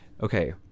okay